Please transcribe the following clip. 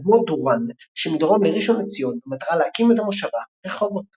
מאדמות דוראן שמדרום לראשון לציון במטרה להקים את המושבה רחובות.